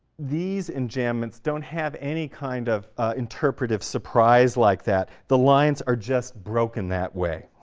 these enjambments don't have any kind of interpretive surprise like that. the lines are just broken that way.